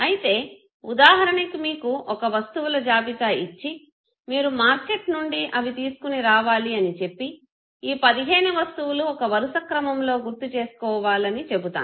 అయితే ఉదాహరణకి మీకు ఒక వస్తువుల జాబితా ఇచ్చి మీరు మార్కెట్ నుండి అవి తీసుకుని రావాళి అని చెప్పి ఈ 15 వస్తువులు ఒక వరుస క్రమములో గుర్తుచేసుకోవాలని చెబుతాను